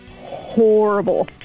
horrible